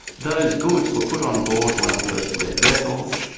those goods were put on board one of the first fleet vessels.